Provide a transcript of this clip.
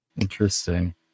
Interesting